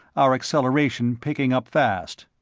our acceleration picking up fast.